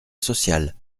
social